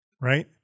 right